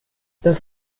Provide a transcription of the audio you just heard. das